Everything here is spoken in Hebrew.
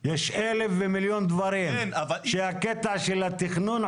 ו כל האירוע לשמו התכנסנו שהוא פישוט,